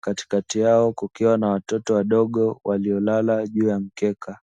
katikati yao kukiwa na watoto wadogo walio lala juu ya mkeka.